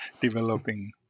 developing